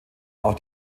auch